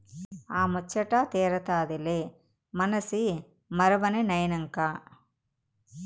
ఆ ముచ్చటా తీరతాదిలే మనసి మరమనినైనంక